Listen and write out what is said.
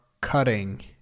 cutting